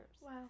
Wow